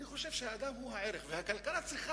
אני חושב שהאדם הוא הערך והכלכלה צריכה